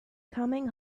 coming